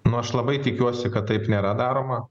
nu aš labai tikiuosi kad taip nėra daroma